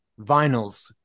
vinyls